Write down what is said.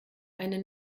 eine